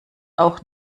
auch